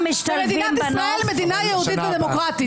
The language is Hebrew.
ומדינת ישראל היא מדינה יהודית ודמוקרטית.